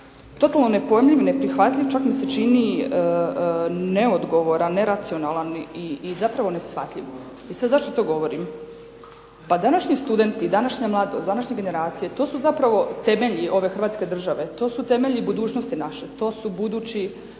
totalno nepojmljiv, neprihvatljiv, čak mi se čini i neodgovoran, neracionalan i zapravo neshvatljiv. I sad zašto to govorim? Pa današnji studenti i današnja mladost, današnja generacije to su zapravo temelji ove Hrvatske države, to su temelji budućnosti naše. To su budući